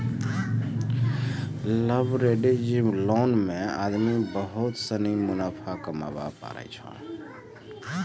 leveraged loan मे आदमी बहुत सनी मुनाफा कमाबै पारै छै